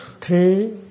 three